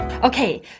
Okay